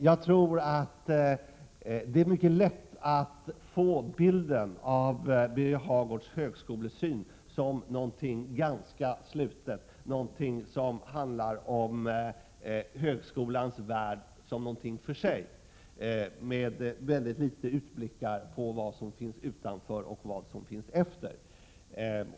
Jag tror att det är mycket lätt att få bilden av Birger Hagårds högskolesyn som något ganska slutet, något som handlar om högskolans värld såsom någonting för sig med ytterst litet av utblickar på vad som finns utanför och vad som finns efter.